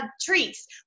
treats